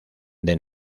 the